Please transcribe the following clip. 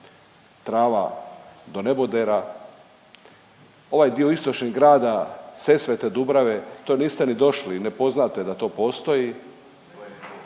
trava do nebodera. Ovaj dio istočnog grada Sesvete, Dubrave to niste ni došli ne poznate da to postoji.